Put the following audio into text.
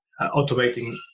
automating